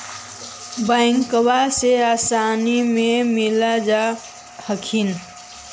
बैंकबा से आसानी मे मिल जा हखिन?